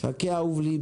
אז חכה, אהוב לבי.